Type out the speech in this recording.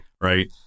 Right